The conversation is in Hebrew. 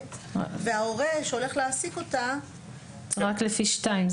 וההורה שהולך להעסיק אותה --- רק לפי (2).